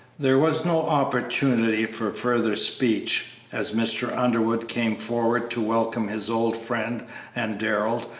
there was no opportunity for further speech, as mr. underwood came forward to welcome his old friend and darrell,